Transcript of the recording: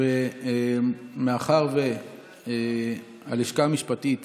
מאחר שהלשכה המשפטית